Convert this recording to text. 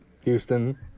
Houston